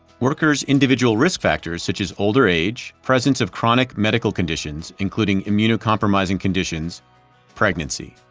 workers' individual risk factors such as older age presence of chronic medical conditions, including immunocompromised conditions pregnancy.